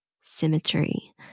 symmetry